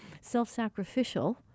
self-sacrificial